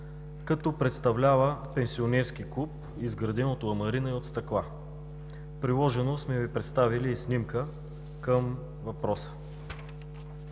като представлява пенсионерски клуб, изграден от ламарина и стъкла. Приложено сме Ви представили и снимка към въпроса.